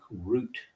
Root